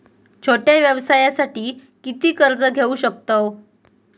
छोट्या व्यवसायासाठी किती कर्ज घेऊ शकतव?